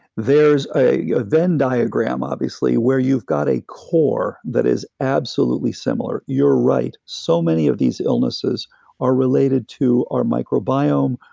there's a venn diagram, obviously, where you've got a core that is absolutely similar. you're right, so many of these illnesses are related to our microbiome,